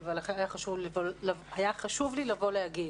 אבל היה לי חשוב לבוא ולהגיד.